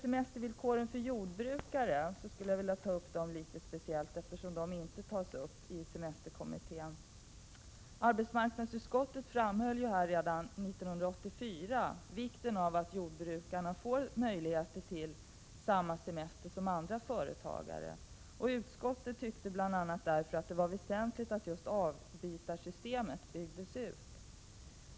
Semestervillkoren för jordbrukare skulle jag vilja beröra särskilt, eftersom de inte tas upp i semesterkommittén. Arbetsmarknadsutskottet framhöll ju redan 1984 vikten av att jordbrukarna får möjligheter till samma semester som andra företagare, och bl.a. därför tyckte utskottet att det var väsentligt att avbytarsystemet byggdes ut.